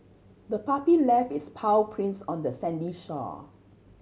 the puppy left its paw prints on the sandy shore